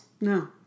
no